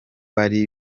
bari